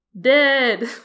Dead